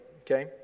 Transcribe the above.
Okay